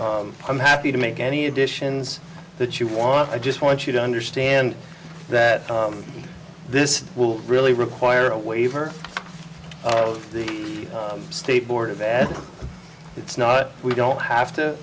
i'm happy to make any additions that you want i just want you to understand that this will really require a waiver of the state board of ed it's not we don't have to